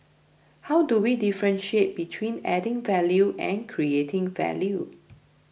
how do we differentiate between adding value and creating value